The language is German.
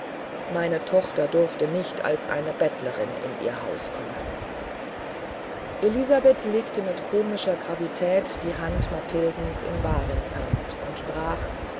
meine tochter durfte nicht als eine bettlerin in ihr haus kommen elisabeth legte mit komischer gravität die hand mathildens in warings hand und sprach